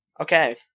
okay